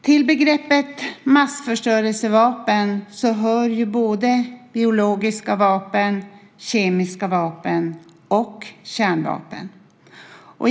Till begreppet massförstörelsevapen hör både biologiska vapen, kemiska vapen och kärnvapen.